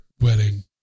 wedding